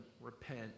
repent